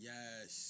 Yes